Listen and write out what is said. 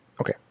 okay